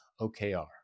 OKR